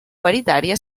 paritària